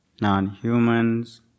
non-humans